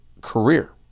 career